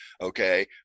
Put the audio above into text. Okay